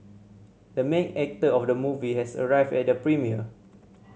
the main actor of the movie has arrived at the premiere